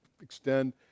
extend